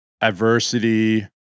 adversity